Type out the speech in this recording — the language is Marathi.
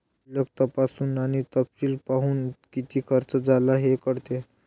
शिल्लक तपासून आणि तपशील पाहून, किती खर्च झाला हे कळते